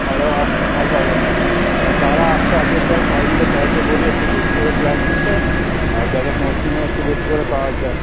পরেও আর সময় পাব না আর যারা আসছে আজকে চল সবাই মিলে স্যারকে বলি একটু বেশি করে ক্লাস নিতে আর যাতে নোটসগুনো একটু বেশি করে পাওয়া যায়